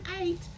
eight